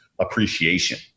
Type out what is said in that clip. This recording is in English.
appreciation